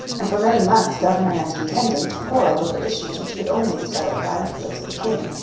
and for many months governor and intendant quarrelled over issues which could only be settled by an appeal to the king.